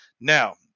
Now